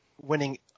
winning